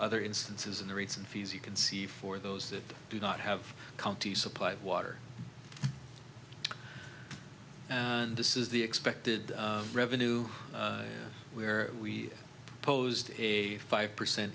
other instances in the rates and fees you can see for those that do not have county supply of water and this is the expected revenue where we posed a five percent